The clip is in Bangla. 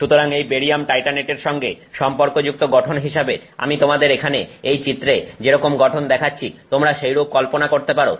সুতরাং এই বেরিয়াম টাইটানেটের সঙ্গে সম্পর্কযুক্ত গঠন হিসাবে আমি তোমাদের এখানে এই চিত্রে যেরকম গঠন দেখাচ্ছি তোমরা সেইরূপ কল্পনা করতে পারো